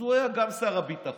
אז הוא היה גם שר הביטחון